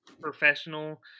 professional